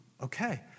okay